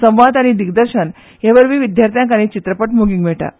संवाद आनी दिग्दर्शन हे वरवीं विद्यार्थ्यांक आनी चित्रपट मोगींक मेळटा